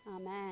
amen